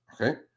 okay